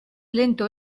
lento